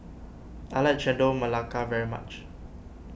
I like Chendol Melaka very much